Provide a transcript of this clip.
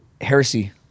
Heresy